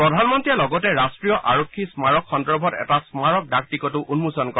প্ৰধানমন্ত্ৰীয়ে লগতে ৰাষ্ট্ৰীয় আৰক্ষী স্মাৰক সন্দৰ্ভত এটা স্মৰক ডাক টিকটো উন্মোচন কৰে